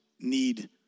need